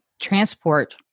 transport